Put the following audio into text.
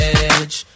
edge